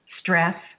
stress